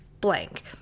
blank